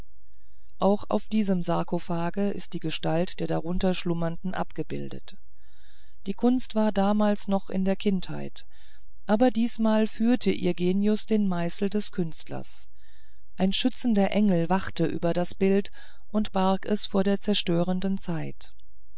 auch auf diesem sarkophage ist die gestalt der darunter schlummernden abgebildet die kunst war damals noch in der kindheit aber diesmal führte ihr genius den meißel des künstlers ein schützender engel wachte über das bild und barg es vor der zerstörenden zeit